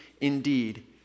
indeed